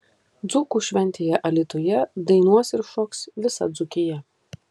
dzūkų šventėje alytuje dainuos ir šoks visa dzūkija